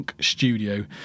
Studio